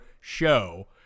show